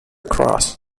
cross